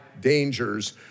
dangers